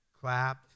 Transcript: Clap